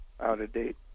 out-of-date